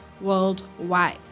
worldwide